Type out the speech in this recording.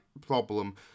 Problem